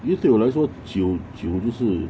因为对我来说酒酒就是